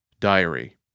Diary